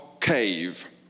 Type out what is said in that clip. cave